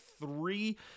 three